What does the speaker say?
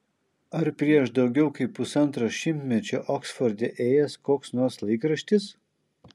ar prieš daugiau kaip pusantro šimtmečio oksforde ėjęs koks nors laikraštis